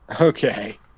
Okay